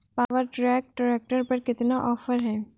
Power track tractor पर कितना offer है?